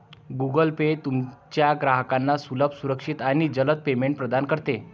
Google Pay तुमच्या ग्राहकांना सुलभ, सुरक्षित आणि जलद पेमेंट प्रदान करते